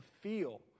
feel